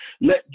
let